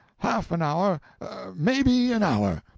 half an hour maybe an hour.